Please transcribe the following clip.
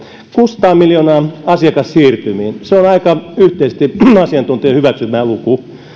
kuusisataa miljoonaa asiakassiirtymiin se on aika yhteisesti asiantuntijoiden hyväksymä luku ja